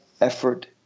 effort